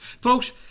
Folks